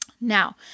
now